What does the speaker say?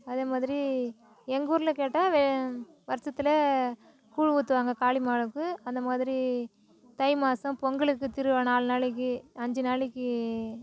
அதே மாதிரி எங்கள் ஊரில் கேட்டால் வே வருசத்துல கூழ் ஊற்றுவாங்க காளிம்மாளுக்கு அந்த மாதிரி தை மாதம் பொங்கலுக்கு திருவிழா நாலு நாளைக்கு அஞ்சு நாளைக்கு